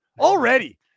Already